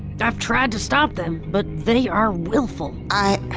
i've tried to stop them but they are willful i.